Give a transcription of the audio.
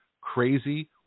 crazy